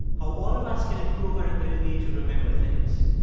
how all of us can improve our ability to remember things.